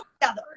together